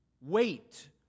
wait